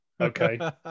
okay